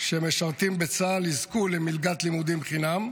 שמשרתים בצה"ל יזכו למלגת לימודים חינם,